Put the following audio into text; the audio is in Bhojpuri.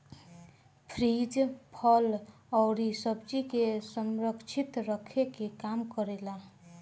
फ्रिज फल अउरी सब्जी के संरक्षित रखे के काम करेला